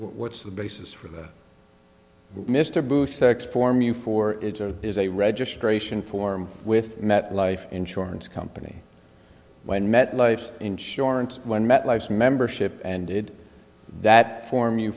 what's the basis for the mr bush tax form you for it or is a registration form with met life insurance company when met life insurance when met life membership and did that form you